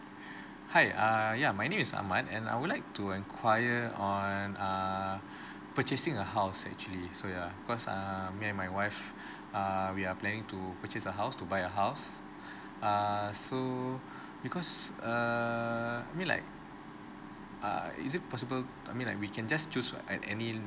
hi err ya my name is ahmad and I would like to enquire on err purchasing a house actually so ya because err me and my wife err we are planning to purchase a house to buy a house err so because err I mean like uh is it possible I mean like we can just choose at any